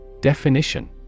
Definition